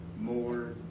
more